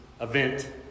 event